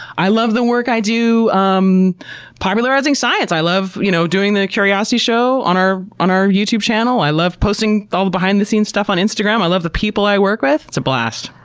i love the work i do um popularizing science. i love you know doing the curiosity show on our on our youtube channel. i love posting all the behind-the-scenes stuff on instagram. i love the people i work with. it's a blast.